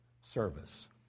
Service